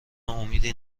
امیدی